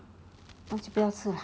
那就不要吃 lah